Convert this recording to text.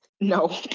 no